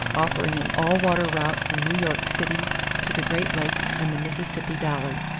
offering an all-water route from new york city to the great lakes and the mississippi valley.